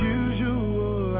usual